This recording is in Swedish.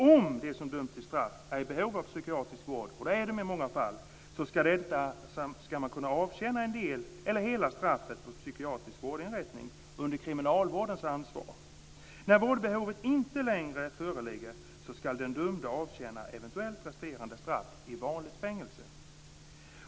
Om de som döms till straff är i behov av psykiatrisk vård, och det är de i många fall, ska de kunna avtjäna en del eller hela straffet på psykiatrisk vårdinrättning under kriminalvårdens ansvar. När vårdbehov inte längre föreligger ska den dömde avtjäna eventuellt resterande straff i vanligt fängelse.